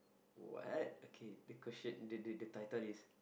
what okay the question the the title is